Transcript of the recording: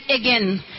again